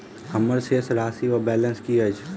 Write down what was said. हम्मर शेष राशि वा बैलेंस की अछि?